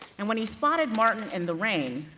and when he spotted martin in the rain,